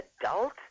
adult